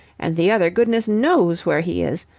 and the other goodness knows where he is.